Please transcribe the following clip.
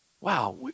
Wow